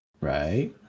Right